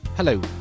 Hello